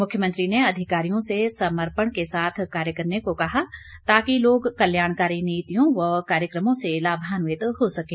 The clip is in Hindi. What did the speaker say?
मुख्यमंत्री ने अधिकारियों से समपर्ण के साथ कार्य करने को कहा ताकि लोग कल्याणकारी नीतियों व कार्यक्रमों से लाभान्वित हो सकें